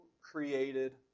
created